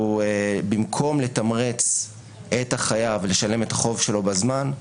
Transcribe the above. במקום לתמרץ את החייב לשלם את החוב שלו בזמן,